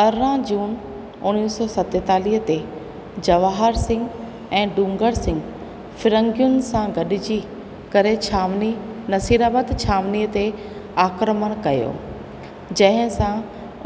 अरिड़ह जून उणिवीह सौ सतेतालीह जवाहर सिंग ऐं डुंगर सिंग फिरंगियुनि सां गॾिजी करे छावनी नसीराबाद छावनी ते आक्रमण कयो जंहिंसां